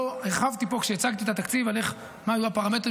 לא הרחבתי פה כשהצגתי את התקציב על מה היו הפרמטרים,